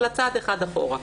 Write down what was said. אלא צעד אחד אחורה.